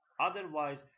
Otherwise